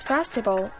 Festival